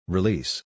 Release